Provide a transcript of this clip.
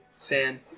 fan